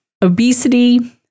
Obesity